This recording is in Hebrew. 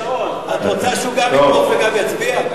את רוצה שהוא גם יתמוך וגם יצביע?